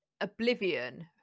oblivion